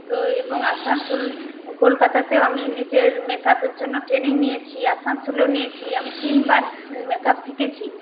তো এবং আসানসোল কলকাতাতেও আমি নিজের মেক আপের জন্য ট্রেনিং নিয়েছি আসানসোলেও নিয়েছি আমি তিনবার মেক আপ শিখেছি